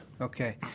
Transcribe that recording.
Okay